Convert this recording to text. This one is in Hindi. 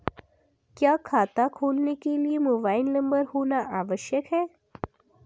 क्या खाता खोलने के लिए मोबाइल नंबर होना आवश्यक है?